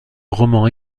roman